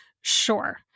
sure